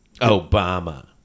Obama